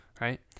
Right